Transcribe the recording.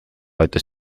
aitas